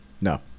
No